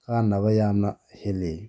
ꯀꯥꯟꯅꯕ ꯌꯥꯝꯅ ꯍꯦꯜꯂꯤ